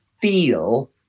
feel